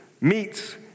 meets